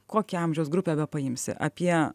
kokią amžiaus grupę bepaimsi apie